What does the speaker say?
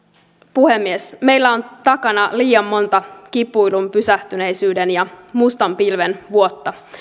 puhemies meillä on takana liian monta kipuilun pysähtyneisyyden ja mustan pilven vuotta